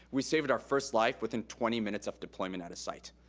we saved our first life within twenty minutes of deployment at a site.